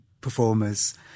performers